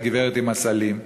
לגברת עם הסלים,